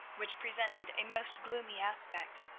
which presented a most gloomy aspect.